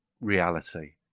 reality